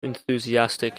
enthusiastic